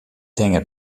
hinget